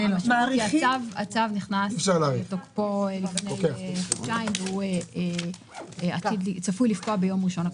הצו נכנס לתוקפו לפני חודשיים והוא צפוי לפקוע ביום ראשון הקרוב.